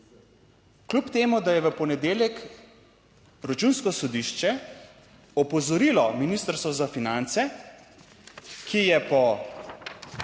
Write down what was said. kljub temu, da je v ponedeljek Računsko sodišče opozorilo Ministrstvo za finance, ki je po